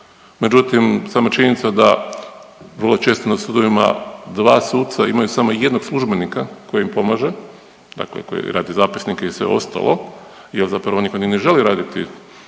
Međutim, sama činjenica da vrlo često na sudovima dva suca imaju samo jednog službenika koji im pomaže, dakle koji radi zapisnike i sve ostalo jer zapravo nitko ni ne želi raditi